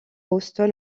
houston